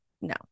no